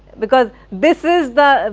because this is the,